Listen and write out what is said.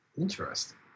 Interesting